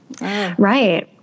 Right